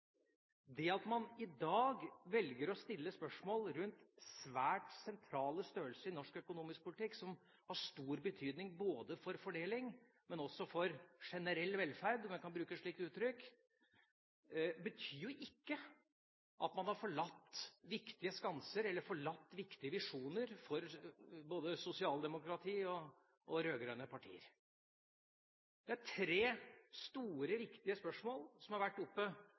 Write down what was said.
Det at man i dag velger å stille spørsmål ved svært sentrale størrelser i norsk økonomisk politikk som har stor betydning både for fordeling og for generell velferd – om en kan bruke et slikt uttrykk – betyr jo ikke at man har forlatt viktige skanser eller forlatt viktige visjoner for både sosialdemokratiet og de rød-grønne partier. Det er tre store viktige spørsmål som har vært oppe,